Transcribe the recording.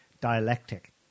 dialectic